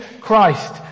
Christ